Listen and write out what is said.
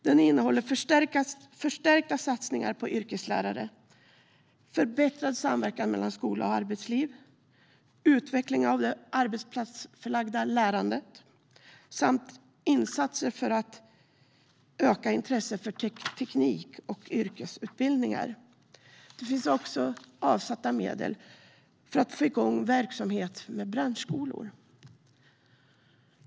Det innehåller förstärkta satsningar på yrkeslärare, förbättrad samverkan mellan skola och arbetsliv, utveckling av det arbetsplatsförlagda lärandet samt insatser för att öka intresset för teknik och yrkesutbildningar. Det finns också medel avsatta för att få igång verksamhet med branschskolor.